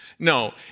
No